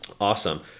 Awesome